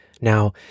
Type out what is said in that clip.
Now